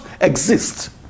exist